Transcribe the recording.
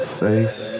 face